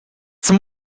some